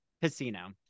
Casino